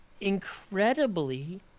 incredibly